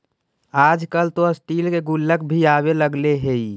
आजकल तो स्टील के गुल्लक भी आवे लगले हइ